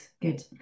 good